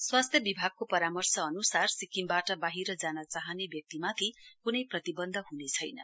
स्वास्थ्य विभागको परामर्श अनुसार सिक्किमबाट बाहिर जान चाहने व्यक्तिमाथि क्नै प्रतिवन्ध ह्नेछैन